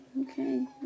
Okay